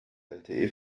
lte